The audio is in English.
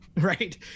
right